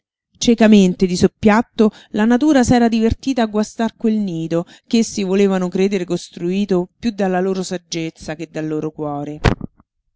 ciecamente di soppiatto la natura s'era divertita a guastar quel nido che essi volevano credere costruito piú dalla loro saggezza che dal loro cuore